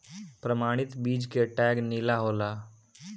प्रमाणित बीज के टैग नीला होला